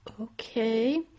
okay